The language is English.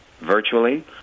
virtually